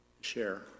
share